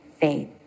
faith